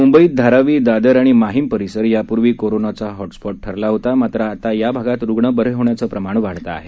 मुंबईत धारावी दादर आणि माहीम परिसर कोरोनाचा हॉटस्पॉट ठरला होता मात्र आता या भागात रुण बरे होण्याचं प्रमाण वाढत आहे